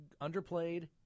underplayed